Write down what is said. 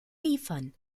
liefern